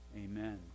Amen